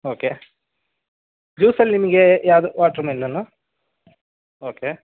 okay ಜ್ಯೂಸಲ್ಲಿ ನಿಮಗೆ ಯಾವ್ದು ವಾಟ್ರ್ಮೆಲನ ಓಕೆ